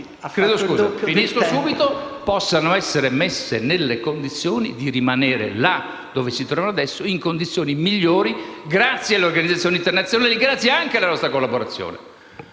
di venire in Italia possono essere messe nelle condizioni di rimanere là dove si trovano adesso, in condizioni migliori grazie alle organizzazioni internazionali, grazie anche alla nostra collaborazione.